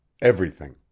Everything